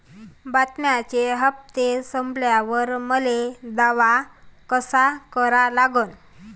बिम्याचे हप्ते संपल्यावर मले दावा कसा करा लागन?